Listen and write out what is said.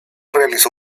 realizó